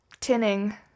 Tinning